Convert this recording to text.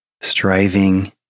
Striving